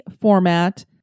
format